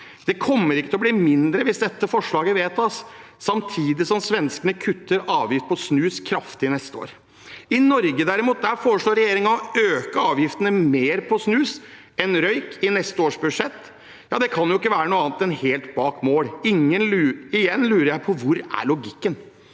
Det kommer ikke til å bli mindre hvis dette forslaget vedtas samtidig som svenskene kutter avgiften på snus kraftig neste år. I Norge foreslår regjeringen derimot å øke avgiften mer på snus enn på røyk i neste års budsjett. Det kan jo ikke være noe annet enn helt bak mål. Igjen lurer jeg på: Hvor er logikken?